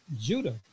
Judah